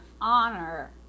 honor